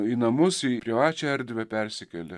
į namus į privačią erdvę persikėlė